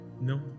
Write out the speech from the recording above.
No